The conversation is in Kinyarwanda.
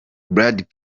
brad